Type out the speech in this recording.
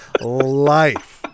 life